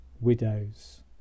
widows